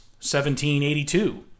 1782